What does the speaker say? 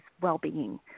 well-being